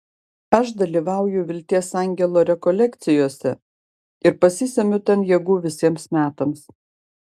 aš dalyvauju vilties angelo rekolekcijose ir pasisemiu ten jėgų visiems metams